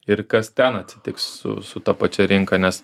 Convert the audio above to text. ir kas ten atsitiks su su ta pačia rinka nes